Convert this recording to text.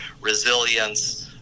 resilience